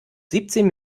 siebzehn